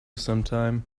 sometime